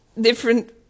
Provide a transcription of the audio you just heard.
different